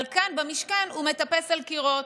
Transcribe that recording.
אבל כאן במשכן הוא מטפס על קירות.